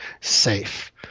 safe